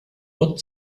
what